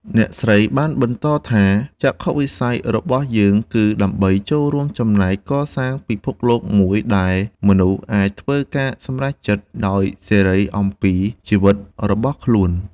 អ្នកស្រីបានបន្តថា “ចក្ខុវិស័យរបស់យើងគឺដើម្បីចូលរួមចំណែកកសាងពិភពលោកមួយដែលមនុស្សអាចធ្វើការសម្រេចចិត្តដោយសេរីអំពីជីវិតរបស់ខ្លួន។